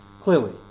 clearly